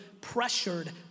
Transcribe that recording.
pressured